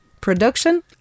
Production